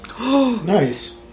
Nice